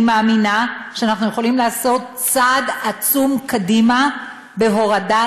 אני מאמינה שאנחנו יכולים לעשות צעד עצום קדימה בהורדה